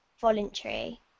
voluntary